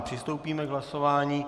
Přistoupíme k hlasování.